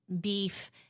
beef